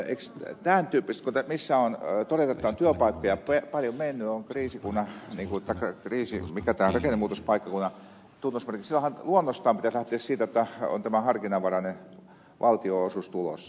kyse on siitä jotta eikös tämän tyyppisissä missä todetaan että työpaikkoja on paljon mennyt on rakennemuutospaikkakunnan tunnusmerkit luonnostaan pitäisi silloin lähteä siitä jotta on tämä harkinnanvarainen valtionosuus tulossa